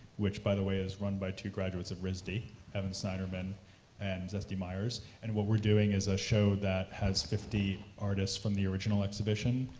which, by the way, is run by two graduates of risd, evan snyderman and zesty meyers, and what we're doing is a show that has fifty artists from the original exhibition,